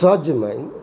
सजमनि